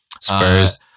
Spurs